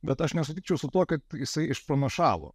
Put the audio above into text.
bet aš nesutikčiau su tuo kad jisai išpranašavo